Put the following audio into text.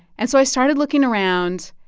and so i started looking around.